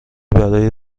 برای